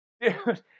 dude